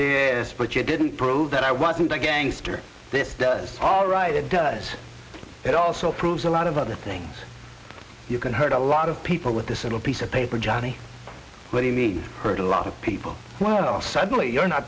is but you didn't prove that i wasn't a gangster this does all right it does it also proves a lot of other things you can hurt a lot of people with this sort of piece of paper johnny when you need hurt a lot of people well suddenly you're not